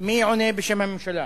מי עונה בשם הממשלה?